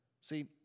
See